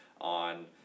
on